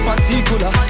Particular